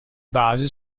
base